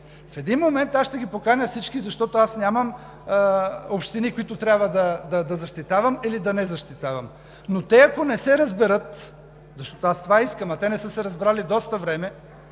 В един момент ще ги поканя всички, защото няма общини, които трябва да защитавам или да не защитавам. Но те, ако не се разберат, защото аз това искам, а те не са се разбрали доста време,